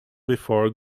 before